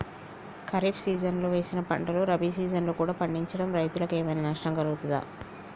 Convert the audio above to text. ఖరీఫ్ సీజన్లో వేసిన పంటలు రబీ సీజన్లో కూడా పండించడం రైతులకు ఏమైనా నష్టం కలుగుతదా?